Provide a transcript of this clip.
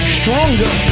stronger